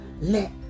let